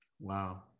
Wow